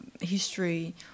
history